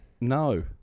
No